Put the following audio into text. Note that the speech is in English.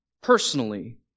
personally